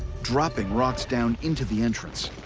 dropping rocks down into the entrance,